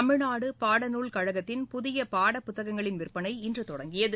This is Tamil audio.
தமிழ்நாடு பாடநூல் கழகத்தின் புதிய பாடப்புத்தகங்களின் விற்பனை இன்று தொடங்கியது